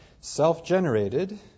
self-generated